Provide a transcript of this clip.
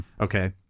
Okay